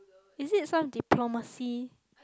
is it some diplomacy